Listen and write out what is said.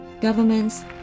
governments